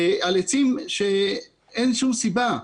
על עצים שאין שום סיבה.